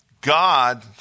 God